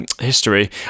history